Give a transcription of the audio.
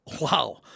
Wow